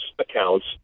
accounts